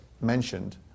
mentioned